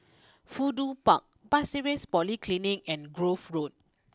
Fudu Park Pasir Ris Polyclinic and Grove Road